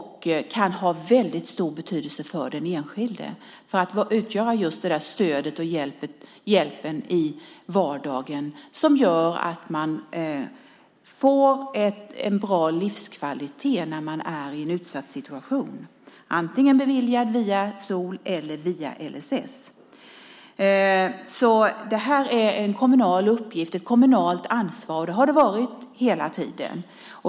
Den kan ha oerhört stor betydelse för den enskilde genom att utgöra det stöd och den hjälp i vardagen som gör att man får en bra livskvalitet när man är i en utsatt situation. Det här är en kommunal uppgift och ett kommunalt ansvar, och det har det varit hela tiden.